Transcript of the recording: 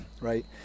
right